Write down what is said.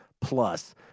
plus